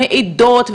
מעדות,